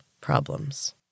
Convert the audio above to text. problems